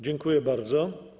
Dziękuję bardzo.